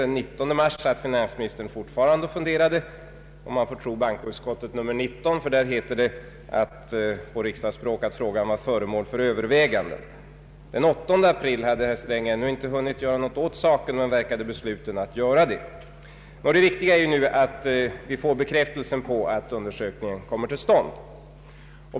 Den 19 mars satt finansministern fortfarande och funderade, om man får tro bankoutskottet, ty i dess utlåtande nr 19 heter det på riksdagsspråk, att frågan var föremål för övervägande. Den 8 april hade herr Sträng ännu inte hunnit göra något åt saken men verkade besluten ta itu med den. Det viktiga är nu att vi fått bekräftelse på att undersökningen kommer till stånd.